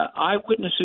eyewitnesses